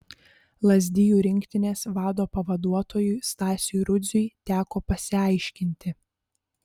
lazdijų rinktinės vado pavaduotojui stasiui rudziui teko pasiaiškinti